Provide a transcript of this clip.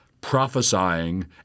prophesying